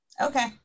Okay